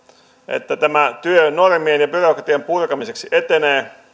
että tämä työ normien ja byrokratian purkamiseksi etenee